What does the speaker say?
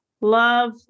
love